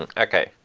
and okay.